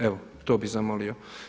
Evo to bi zamolio.